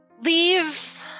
leave